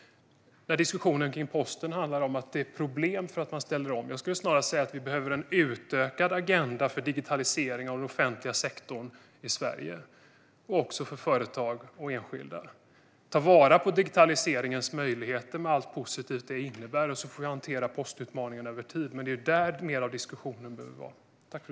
Diskussionen om posten handlar om att det är ett problem att man ställer om. Jag skulle snarare säga att vi behöver en utökad agenda för digitalisering av den offentliga sektorn i Sverige och även för företag och enskilda. Ta vara på digitaliseringens möjligheter med allt positivt det innebär! Postutmaningen får vi hantera över tid. Men det är där mer av diskussionen behöver vara.